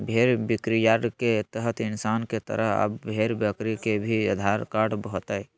भेड़ बिक्रीयार्ड के तहत इंसान के तरह अब भेड़ बकरी के भी आधार कार्ड होतय